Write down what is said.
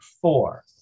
Four